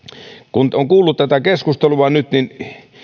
on kuunnellut tätä keskustelua nyt niin